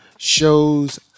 shows